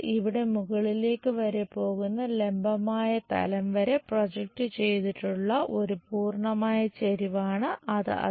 ഇത് ഇവിടെ മുകളിലേക്ക് വരെ പോകുന്ന ലംബമായ തലം ചെയ്തിട്ടുള്ള ഒരു പൂർണ്ണമായ ചെരിവാണ് അത്